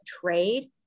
trade